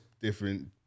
different